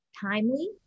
timely